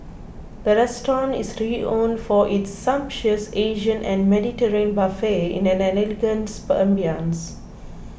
the restaurant is renowned for its sumptuous Asian and Mediterranean buffets in an elegant ambience